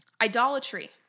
Idolatry